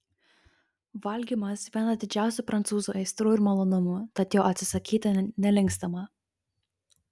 valgymas viena didžiausių prancūzų aistrų ir malonumų tad jo atsisakyti nelinkstama